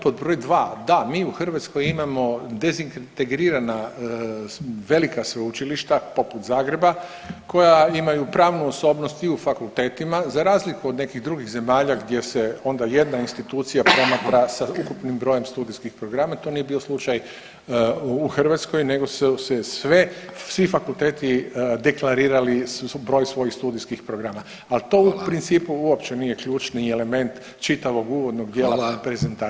Pod broj dva, da mi u Hrvatskoj imamo dezintegrirana velika sveučilišta poput Zagreba koja imaju pravnu osobnost i u fakultetima za razliku od nekih drugih zemalja gdje se onda jedna institucija promatra sa ukupnim brojem studijskih programa, to nije bio slučaj u Hrvatskoj nego su se sve, svi fakulteti deklarirali broj svojih studijskih programa, al to u principu uopće nije ključni element čitavog uvodnog dijela prezentacije.